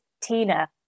TINA